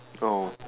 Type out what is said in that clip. oh